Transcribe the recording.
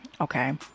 Okay